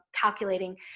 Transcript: calculating